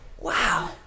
Wow